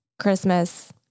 Christmas